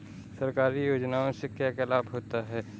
सरकारी योजनाओं से क्या क्या लाभ होता है?